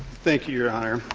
thank you, your honor.